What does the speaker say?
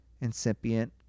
incipient